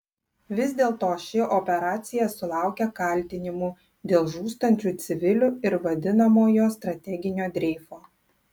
vis dėlto ši operacija sulaukia kaltinimų dėl žūstančių civilių ir vadinamojo strateginio dreifo